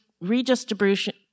redistribution